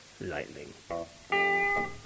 lightning